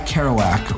Kerouac